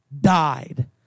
died